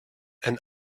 and